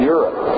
Europe